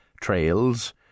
trails